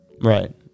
Right